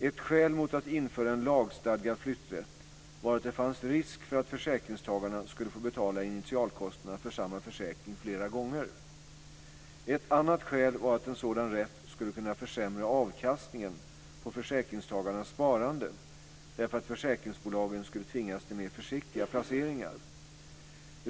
Ett skäl mot att införa en lagstadgad flytträtt var att det fanns risk för att försäkringstagarna skulle få betala initialkostnaderna för samma försäkring flera gånger. Ett annat skäl var att en sådan rätt skulle kunna försämra avkastningen på försäkringstagarnas sparande därför att försäkringsbolagen skulle tvingas till mer försiktiga placeringar.